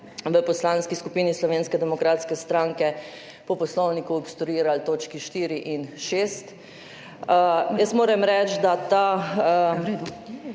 v Poslanski skupini Slovenske demokratske stranke po Poslovniku obstruirali točki 4 in 6. Jaz moram reči, da ta